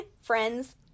friends